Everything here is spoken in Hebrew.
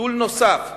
גידול נוסף,